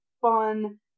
fun